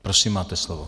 Prosím, máte slovo.